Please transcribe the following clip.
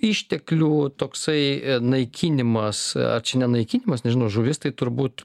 išteklių toksai naikinimas ar čia nenaikinimas nežinau žuvis tai turbūt